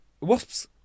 Wasps